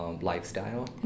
lifestyle